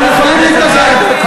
אתם יכולים להתנגד.